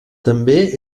també